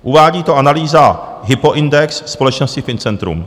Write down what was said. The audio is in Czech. Uvádí to analýza Hypoindex společnosti Fincentrum.